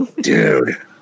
dude